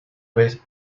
vez